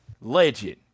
legend